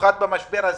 במיוחד במשבר הזה,